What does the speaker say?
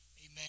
Amen